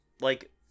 like-